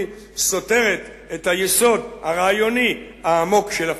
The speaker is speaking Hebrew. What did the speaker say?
סותרת את היסוד הרעיוני העמוק של ה"פתח".